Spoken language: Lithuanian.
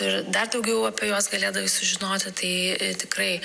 ir dar daugiau apie juos galėdavai sužinoti tai tikrai